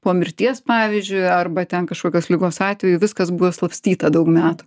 po mirties pavyzdžiui arba ten kažkokios ligos atveju viskas buvo išslapstyta daug metų